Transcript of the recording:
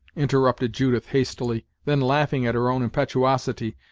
interrupted judith hastily, then laughing at her own impetuosity,